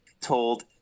told